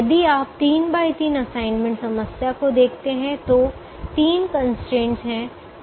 यदि आप 3 x 3 assignment समस्या को देखते हैं तो तीन कंस्ट्रेंटस हैं